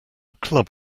club